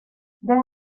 del